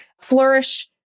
flourish